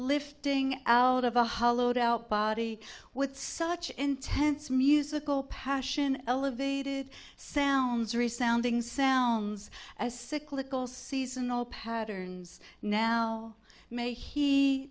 lifting out of a hollowed out body with such intense musical passion elevated sounds resounding sounds as cyclical seasonal patterns now may he